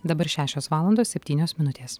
dabar šešios valandos septynios minutės